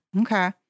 Okay